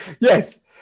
Yes